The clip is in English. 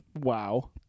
Wow